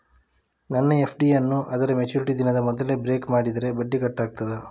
ನನ್ನ ಎಫ್.ಡಿ ಯನ್ನೂ ಅದರ ಮೆಚುರಿಟಿ ದಿನದ ಮೊದಲೇ ಬ್ರೇಕ್ ಮಾಡಿದರೆ ಬಡ್ಡಿ ಕಟ್ ಆಗ್ತದಾ?